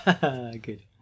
Good